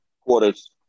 Quarters